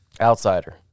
Outsider